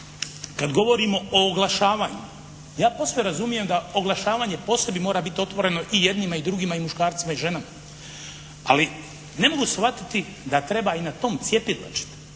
kad govorimo o oglašavanju, ja posve razumijem da oglašavanje po sebi mora biti otvoreno i jednima i drugima i muškarcima i ženama, ali ne mogu shvatiti da treba i na tom cjepidlačiti.